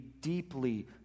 deeply